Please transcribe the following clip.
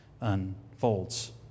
unfolds